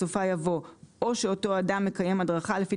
בסופה יבוא "או שאותו אדם מקיים הדרכה לפי